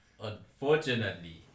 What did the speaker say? Unfortunately